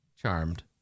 charmed